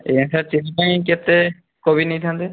ଆଜ୍ଞା sir chilli ପାଇଁ କେତେ କୋବି ନେଇଥାନ୍ତେ